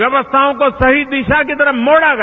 व्यवस्थाओं को सही दिशा की तरफ मोड़ा गया